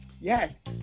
Yes